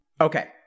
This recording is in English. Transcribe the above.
Okay